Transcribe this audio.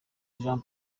jean